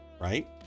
right